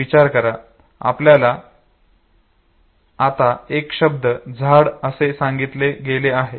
विचार करा उदाहरणार्थ आपल्याला आता एक शब्द 'झाड' असे सांगितले गेले आहे